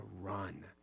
run